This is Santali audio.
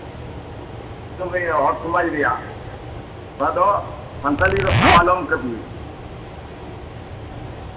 ᱦᱚᱲ ᱥᱚᱢᱟᱡᱽ ᱨᱮᱭᱟᱜ ᱱᱚᱣᱟ ᱫᱚ ᱥᱟᱱᱛᱟᱞᱤ ᱨᱮ ᱥᱟᱢᱟᱱᱚᱢ ᱠᱟᱹᱯᱤ